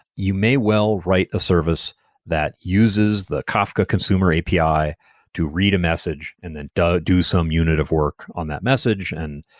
you may well write a service that uses the kafka consumer api to read a message and then do some unit of work on that message and